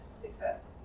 Success